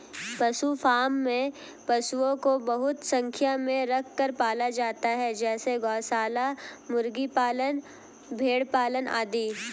पशु फॉर्म में पशुओं को बहुत संख्या में रखकर पाला जाता है जैसे गौशाला, मुर्गी पालन, भेड़ पालन आदि